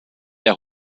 der